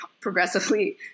progressively